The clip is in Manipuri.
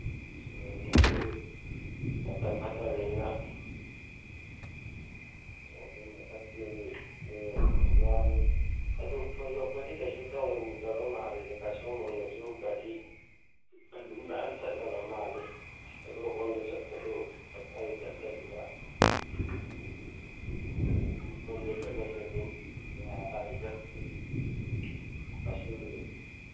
ꯃꯇꯝ ꯐꯠꯇꯕꯅꯤꯅ ꯋꯥꯅꯤ ꯑꯗꯨ ꯊꯣꯏꯗꯣꯛꯄꯗꯤ ꯀꯩꯁꯨ ꯇꯧꯗꯕ ꯃꯥꯜꯂꯦ ꯀꯁꯣꯝꯂꯣꯝꯗꯁꯨ ꯒꯥꯔꯤ ꯑꯗꯨꯝ ꯃꯌꯥꯝ ꯆꯠꯅꯕ ꯃꯥꯜꯂꯤ ꯍꯩꯔꯣꯛꯂꯣꯝꯗ ꯆꯠꯄꯗꯨ ꯆꯠꯇꯕꯤꯗ ꯁꯣꯝꯗ ꯆꯠꯂꯁꯨ ꯑꯗꯨꯝ ꯌꯥꯏꯗ